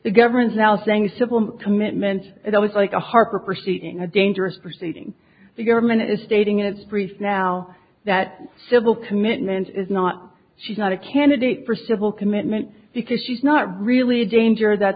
the government's now saying civil commitment is always like a harper proceeding a dangerous proceeding the government is stating its brief now that civil commitment is not she's not a candidate for civil commitment because she's not really a danger that